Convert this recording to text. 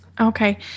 Okay